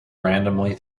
randomly